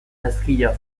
ezkila